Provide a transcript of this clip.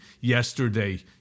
yesterday